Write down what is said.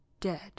dead